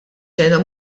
xena